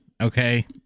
Okay